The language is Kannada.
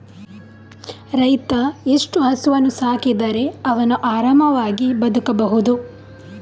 ರೈತ ಎಷ್ಟು ಹಸುವನ್ನು ಸಾಕಿದರೆ ಅವನು ಆರಾಮವಾಗಿ ಬದುಕಬಹುದು?